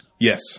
Yes